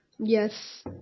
Yes